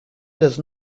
does